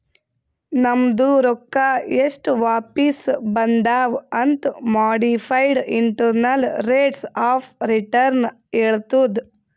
ನಮ್ದು ರೊಕ್ಕಾ ಎಸ್ಟ್ ವಾಪಿಸ್ ಬಂದಾವ್ ಅಂತ್ modified internal rates of return ಹೇಳತ್ತುದ್